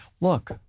look